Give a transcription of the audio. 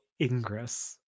Ingress